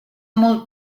molt